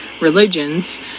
religions